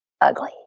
ugly